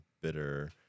bitter